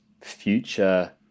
future